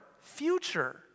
future